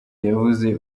yavuze